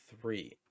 Three